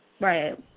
right